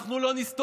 אנחנו לא נסתום,